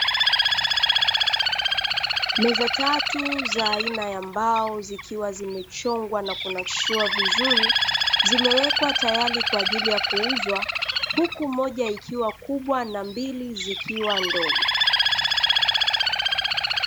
Meza tatu za aina ya mbao, zikiwa zimechongwa na kunakishiwa vizuri. Zimewekwa tayari kwa ajili ya kuuzwa. Huku moja ikiwa kubwa na mbili zikiwa ndogo.